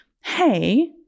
hey